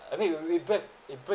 I mean it break it break